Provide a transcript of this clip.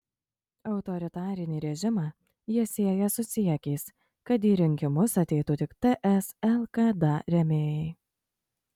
autoritarinį režimą jis sieja su siekiais kad į rinkimus ateitų tik ts lkd rėmėjai